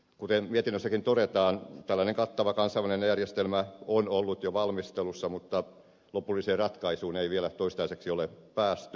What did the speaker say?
kuten mietinnössäkin todetaan tällainen kattava kansainvälinen järjestelmä on ollut jo valmistelussa mutta lopulliseen ratkaisuun ei vielä toistaiseksi ole päästy